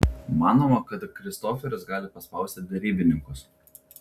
manoma kad kristoferis gali paspausti derybininkus